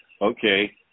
Okay